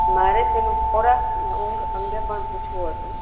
મારે તેનું ખોરાક અને ઊંઘ અંગે પણ પૂછવું હતું